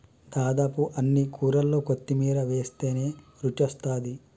దాదాపు అన్ని కూరల్లో కొత్తిమీర వేస్టనే రుచొస్తాది